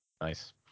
nice